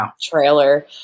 trailer